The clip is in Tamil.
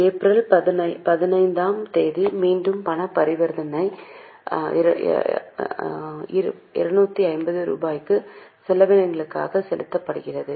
ஏப்ரல் 15 ஆம் தேதி மீண்டும் பண பரிவர்த்தனை 250 ரூபாய்க்கு செலவினங்களுக்காக செலுத்தப்படுகிறது